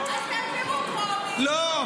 אז תעבירו בטרומית --- לא,